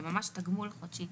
זה ממש תגמול חודשי.